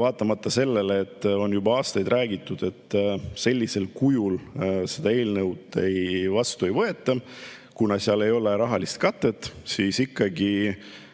Vaatamata sellele, et on juba aastaid räägitud, et sellisel kujul seda eelnõu vastu ei võeta, kuna sellel ei ole rahalist katet, ikkagi